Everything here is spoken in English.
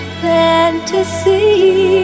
fantasy